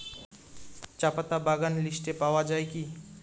চাপাতা বাগান লিস্টে পাওয়া যায় কি?